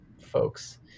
folks